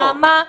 נעמה,